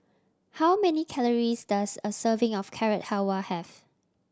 how many calories does a serving of Carrot Halwa have